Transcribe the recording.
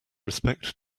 respect